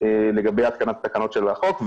לגבי התקנת התקנות של החוק,